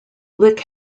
lick